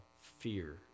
fear